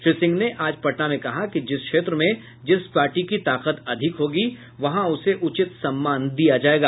श्री सिंह ने आज पटना में कहा कि जिस क्षेत्र में जिस पार्टी की ताकत अधिक होगी वहां उसे उचित सम्मान दिया जायेगा